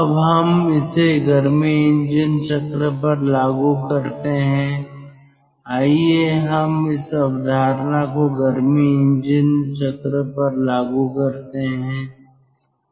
अब हम इसे गर्मी इंजन चक्र पर लागू करते हैं आइए हम उस अवधारणा को गर्मी इंजन चक्र पर लागू करते हैं